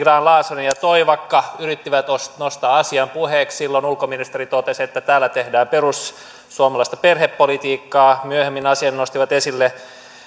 grahn laasonen ja toivakka yrittivät nostaa asian puheeksi silloin ulkoministeri totesi että täällä tehdään perussuomalaista perhepolitiikkaa myöhemmin asian nostivat esille